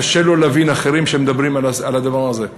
קשה לו להבין אחרים שמדברים על הדבר הזה.